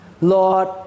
Lord